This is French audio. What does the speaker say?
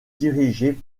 dirigée